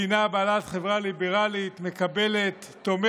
מדינה בעלת חברה ליברלית, מקבלת,